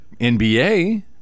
NBA